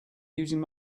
using